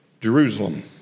Jerusalem